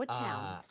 but ah,